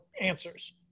answers